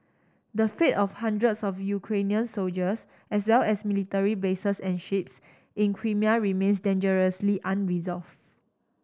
the fate of hundreds of Ukrainian soldiers as well as military bases and ships in Crimea remains dangerously unresolve